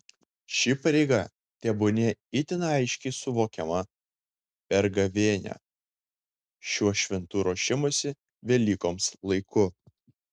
ši pareiga tebūnie itin aiškiai suvokiama per gavėnią šiuo šventu ruošimosi velykoms laiku